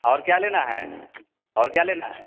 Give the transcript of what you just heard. और क्या लेना है और क्या लेना है